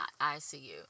ICU